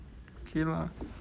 okay lah